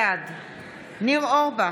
בעד ניר אורבך,